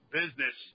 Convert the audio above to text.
business